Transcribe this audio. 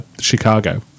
Chicago